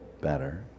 better